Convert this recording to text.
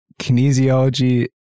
kinesiology